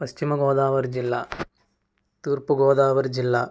పశ్చిమగోదావరి జిల్లా తూర్పుగోదావరి జిల్లా